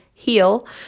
heal